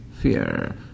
fear